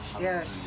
Yes